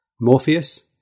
Morpheus